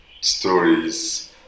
stories